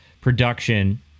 production